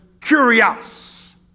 curious